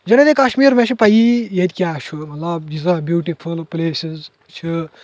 جنَتِ کشمیر مےٚ چھِ پیٖی ییتہِ کیاہ چھُ مطلب ییژاہ بیوٹِفُل پٕلیسٕز چھِ